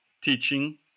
teaching